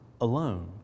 alone